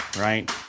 right